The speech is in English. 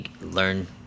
learn